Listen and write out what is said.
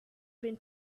been